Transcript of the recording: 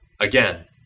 Again